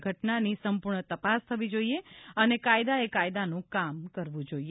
આ ઘટનાની સંપૂર્ણ તપાસ થવી જોઈએ અને કાયદાએ કાયદાનું કામ કરવું જોઈએ